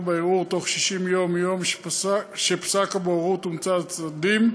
בערעור בתוך 60 יום מיום שפסק הבוררות הומצא לצדדים,